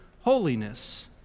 holiness